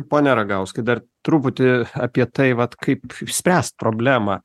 pone ragauskai dar truputį apie tai vat kaip išspręst problemą